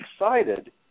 excited